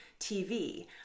TV